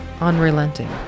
unrelenting